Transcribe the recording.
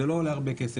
זה לא עולה הרבה כסף,